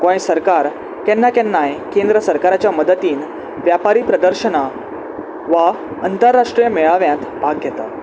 गोंय सरकार केन्ना केन्नाय केंद्र सरकाराच्या मदतीन व्यापारी प्रदर्शन वा अंतरराष्ट्रीय मेळाव्यांत भाग घेता